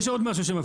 --- דבר חדש.